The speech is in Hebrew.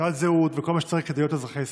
תעודת זהות וכל מה שצריך כדי להיות אזרחי ישראל.